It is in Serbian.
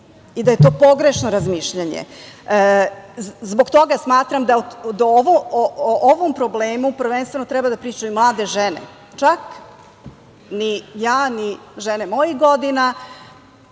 i da je to pogrešno razmišljanje. Zbog toga smatram da o ovom problemu prvenstveno treba da pričaju mlade žene, čak ni ja, ni žene mojih godina,